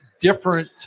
different